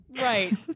right